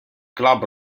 club